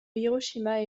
hiroshima